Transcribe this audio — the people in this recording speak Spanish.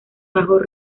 bajo